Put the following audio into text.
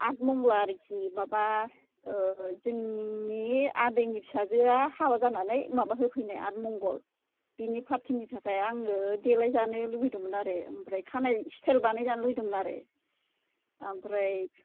आद मंग्ला आरखि माबा ओ जोंनि आदैनि फिसाजोआ हाबा जानानै माबा होफैनाय आद मंगल बिनि फार्थिनि थाखाय आङो देलायजानो लुबैदोंमोन आरो ओमफ्राय खानाय स्टाइल बानाइजानो लुबैदोंमोन आरो आमफ्राय